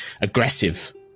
aggressive